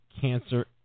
Cancer